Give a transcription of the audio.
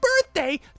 birthday